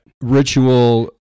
ritual